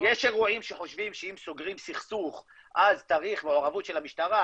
יש אירועים שחושבים שאם סוגרים סכסוך אז צריך מעורבות של המשטרה,